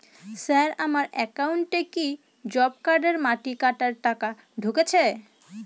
Sir আমার একাউন্টে কি জব কার্ডের মাটি কাটার টাকা ঢুকেছে?